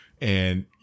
and-